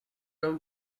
going